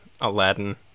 Aladdin